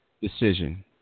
decision